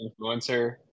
influencer